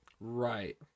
Right